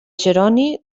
jeroni